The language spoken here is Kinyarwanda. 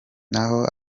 naho